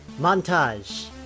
Montage